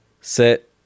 set